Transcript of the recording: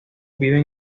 vive